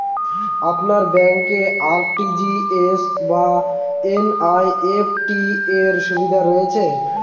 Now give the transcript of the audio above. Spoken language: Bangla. আপনার ব্যাংকে আর.টি.জি.এস বা এন.ই.এফ.টি র সুবিধা রয়েছে?